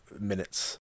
minutes